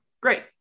Great